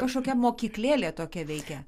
kažkokia mokyklėlė tokia veikia